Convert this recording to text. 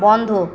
বন্ধ